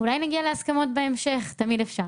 אולי נגיע להסכמות בהמשך, תמיד אפשר.